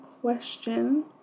question